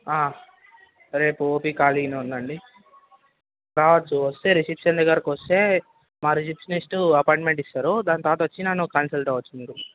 రేపు ఓపి ఖాళీగనే ఉందండి రావచ్చు వస్తే రిసెప్షన్ దగ్గరకొస్తే మా రిసెప్షనిస్టు అపాయింట్మెంట్ ఇస్తారు దాని తర్వాత వచ్చి నన్ను కన్సల్ట్ అవ్వచ్చు మీరు